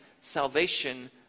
salvation